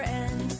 end